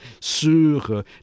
sur